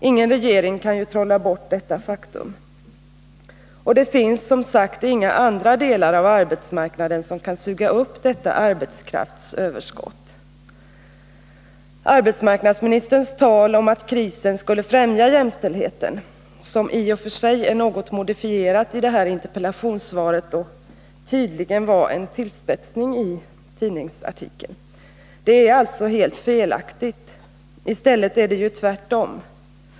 Ingen regering kan ju trolla bort detta faktum. Och det finns, som sagt, inga andra delar av arbetsmarknaden som kan suga upp detta arbetskraftsöverskott. Arbetsmarknadsministerns tal om att krisen skulle främja jämställdheten — som i och för sig är något modifierat i det här interpellationssvaret och tydligen var en tillspetsning i tidningsartikeln — är alltså helt felaktigt. I stället är det ju tvärtom.